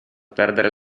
perdere